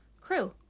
crew